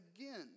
again